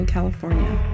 California